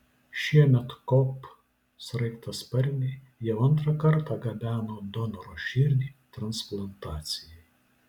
šiemet kop sraigtasparniai jau antrą kartą gabeno donoro širdį transplantacijai